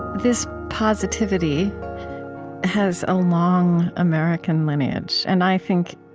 this positivity has a long american lineage, and i think,